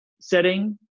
setting